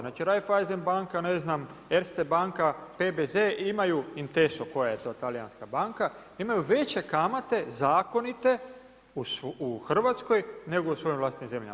Znači Raiffeisen banka, ne znam, Erste banka, PBZ imaju Intessu koja je to talijanska banka, imaju veče kamate, zakonite u Hrvatskoj nego u svojim vlastitim zemlja.